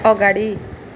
अगाडि